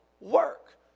work